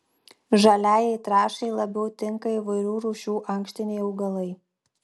žaliajai trąšai labiau tinka įvairių rūšių ankštiniai augalai